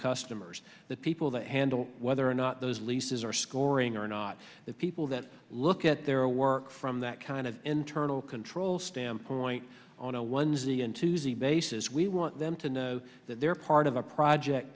customers the people that handle whether or not those leases are scoring or not the people that look at their work from that kind of internal control standpoint on no one's even to z bases we want them to know that they're part of a project